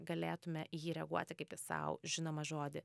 galėtume į jį reaguoti kaip į sau žinomą žodį